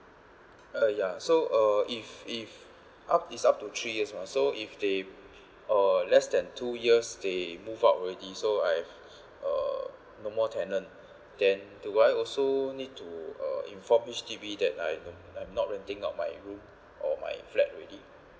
uh ya so uh if if up it's up to three years mah so if they uh less than two years they move out already so I've uh no more tenant then do I also need to uh inform H_D_B that I no I'm not renting out my room or my flat already